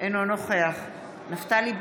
אינו נוכח נפתלי בנט,